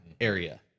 area